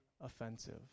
offensive